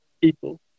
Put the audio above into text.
people